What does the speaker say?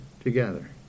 together